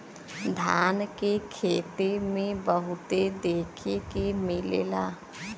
धान के खेते में बहुते देखे के मिलेला